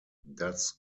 das